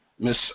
Miss